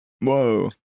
Whoa